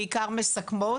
בעיקר מסכמות,